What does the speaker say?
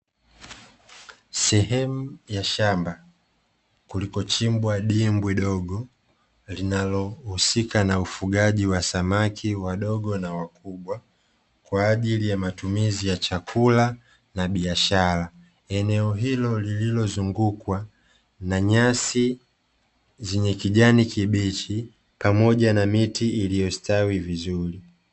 Sehemu ya shamba kulikochimbwa dibwi dogo linalohusika na ufugaji wa samaki wadogo na wakubwa kwaajili ya matumizi ya chakula na biashara . Eneo hilo lililozungukwa na nyasi zenye kijani kibichi pamoja na miti iliyostawi vizuri .